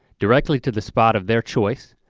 directly to the spot of their choice,